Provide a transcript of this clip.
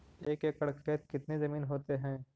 एक एकड़ खेत कितनी जमीन होते हैं?